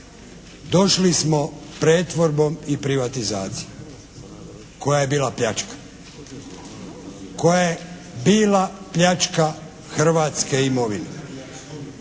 Došli smo pretvorbom i privatizacijom koja je bila pljačka, koja je bila pljačka hrvatske imovine.